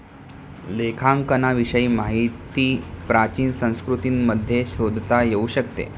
लेखांकनाविषयी माहिती प्राचीन संस्कृतींमध्ये शोधता येऊ शकते